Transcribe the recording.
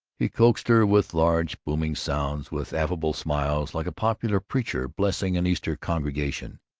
he coaxed her with large booming sounds, with affable smiles, like a popular preacher blessing an easter congregation,